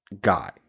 guy